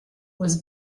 was